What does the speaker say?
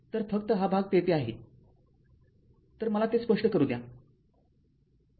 तर फक्त हा भाग तेथे आहे तर मला हे स्पष्ट करू द्या